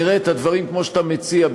נראה את הדברים כמו שאתה מציע,